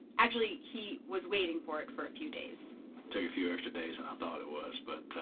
actually, he was waiting for it for a few days take a few extra days and thought it was, but.